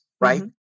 right